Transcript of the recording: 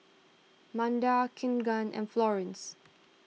Manda Keagan and Florence